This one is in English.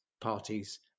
parties